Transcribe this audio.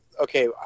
okay